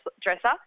dresser